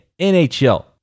NHL